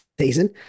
season